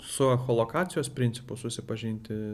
su echolokacijos principu susipažinti